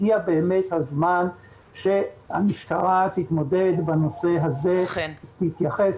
הגיע הזמן שהמשטרה תתמודד בנושא הזה ותתייחס